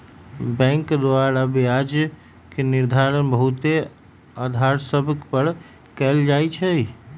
bank द्वारा ब्याज के निर्धारण बहुते अधार सभ पर कएल जाइ छइ